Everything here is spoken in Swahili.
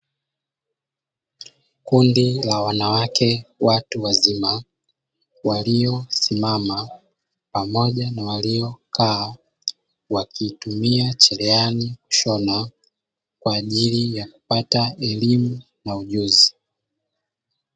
Kundi la wanawake watu wazima waliosimama pamoja na waliokaa wakitumia cherehani kushona, kwa ajili ya kupata elimu na ujuzi.